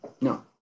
no